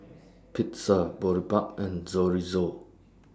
Pizza Boribap and